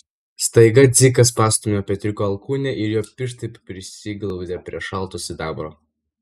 staiga dzikas pastūmė petriuko alkūnę ir jo pirštai prisiglaudė prie šalto sidabro